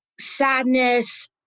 sadness